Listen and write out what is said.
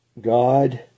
God